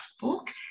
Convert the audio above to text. book